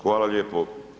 Hvala lijepo.